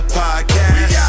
podcast